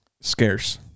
scarce